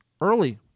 early